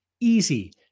Easy